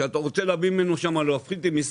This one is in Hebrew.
שאתה רוצה להפחית שם מיסים,